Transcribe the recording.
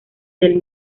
del